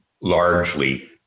largely